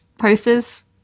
posters